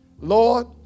Lord